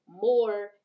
more